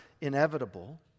inevitable